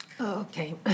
Okay